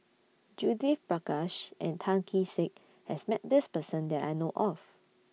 Judith Prakash and Tan Kee Sek has Met This Person that I know of